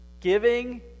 giving